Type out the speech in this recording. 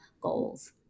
goals